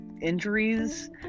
injuries